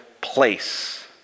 place